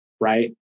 right